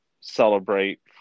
celebrate